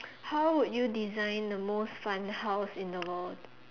how would you design the most fun house in the world